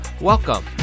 welcome